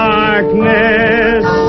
darkness